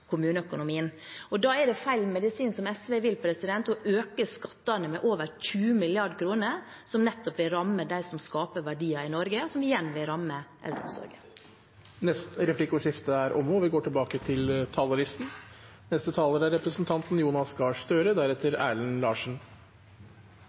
kommuneøkonomien. Da er det feil medisin, som SV vil, å øke skattene med over 20 mrd. kr, noe som nettopp vil ramme dem som skaper verdiene i Norge, og som igjen vil ramme eldreomsorgen. Replikkordskiftet er omme. Ved milepælen for årets helsebudsjett er